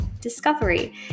discovery